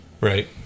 Right